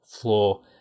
floor